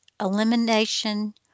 elimination